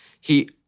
He-